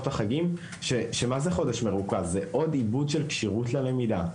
החגים כשחודש מרוכז זה עוד איבוד של כשירות ללמידה,